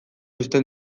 uzten